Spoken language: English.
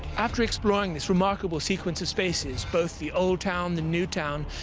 after exploring this remarkable sequence of spaces, both the old town, the new town,